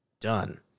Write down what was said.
Done